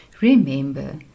Remember